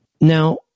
Now